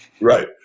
Right